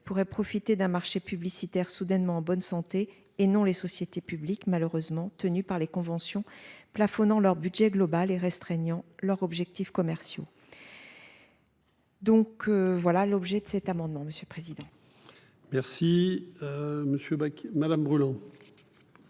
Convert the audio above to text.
pourrait profiter d'un marché publicitaire soudainement en bonne santé et non les sociétés publiques malheureusement tenu par les conventions plafonnant leur budget global et restreignant leurs objectifs commerciaux. Donc voilà l'objet de cet amendement. Monsieur le président. Merci. Monsieur Bach